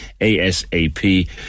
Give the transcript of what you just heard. A-S-A-P